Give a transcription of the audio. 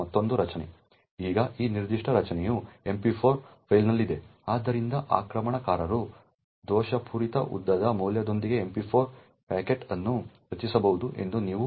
ಈಗ ಈ ನಿರ್ದಿಷ್ಟ ರಚನೆಯು MP4 ಫೈಲ್ನಲ್ಲಿದೆ ಆದ್ದರಿಂದ ಆಕ್ರಮಣಕಾರರು ದೋಷಪೂರಿತ ಉದ್ದದ ಮೌಲ್ಯದೊಂದಿಗೆ MP4 ಪ್ಯಾಕೆಟ್ ಅನ್ನು ರಚಿಸಬಹುದು ಎಂದು ನೀವು ನೋಡುತ್ತೀರಿ